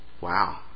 Wow